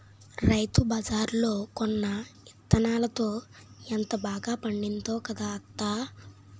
రైతుబజార్లో కొన్న యిత్తనాలతో ఎంత బాగా పండిందో కదా అత్తా?